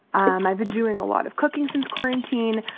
um i've been doing a lot of cooking since quarantine,